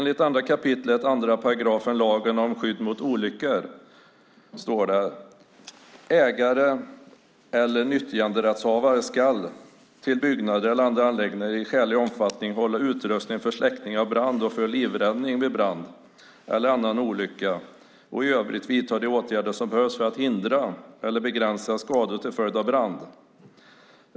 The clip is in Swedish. I 2 kap. 2 § lagen om skydd mot olyckor står följande: "Ägare eller nyttjanderättshavare till byggnader eller andra anläggningar skall i skälig omfattning hålla utrustning för släckning av brand och för livräddning vid brand eller annan olycka och i övrigt vidta de åtgärder som behövs för att förebygga brand och för att hindra eller begränsa skador till följd av brand."